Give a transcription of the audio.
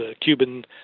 Cuban